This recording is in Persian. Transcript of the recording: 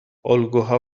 الگوها